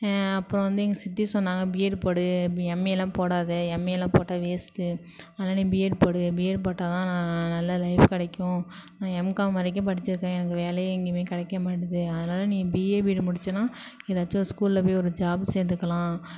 அப்புறம் வந்து எங்கள் சித்தி சொன்னாங்க பிஎட் போடு பி எம்ஏலாம் போடாதே எம்ஏலாம் போட்டால் வேஸ்ட் அதனால் நீ பிஎட் போடு பிஏட் போட்டால்தான் நான் நல்ல லைஃப் கிடைக்கும் நான் எம்காம் வரைக்கும் படிச்சிருக்கேன் எனக்கு வேலையே எங்கேயுமே கிடைக்க மாட்டுது அதனால் நீ பிஏ பிஏட் முடிச்சன்னா ஏதாச்சும் ஒரு ஸ்கூல்ல போய் ஒரு ஜாப் சேர்ந்துக்கலாம்